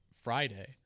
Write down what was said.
Friday